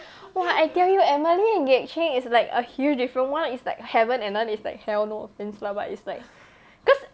!wah! I tell you emily and gek cheng is like a huge difference one is like heaven and other is like hell no offence lah but it's like cause